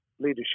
leadership